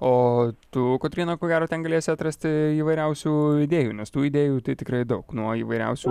o tu kotryna ko gero ten galėsi atrasti įvairiausių idėjų nes tų idėjų tai tikrai daug nuo įvairiausių